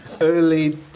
early